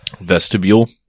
vestibule